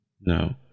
No